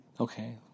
Okay